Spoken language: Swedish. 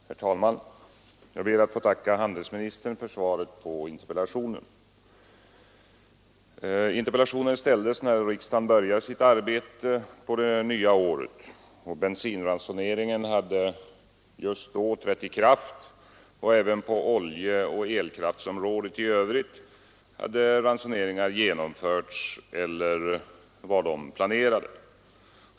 Herr talman! Jag ber att få tacka handelsministern för svaret på interpellationen. Interpellationen framställdes när riksdagen började sitt arbete på det nya året. Bensinransoneringen hade just då trätt i kraft, och även på oljeoch elkraftsområdet i övrigt hade ransoneringar genomförts eller var planerade.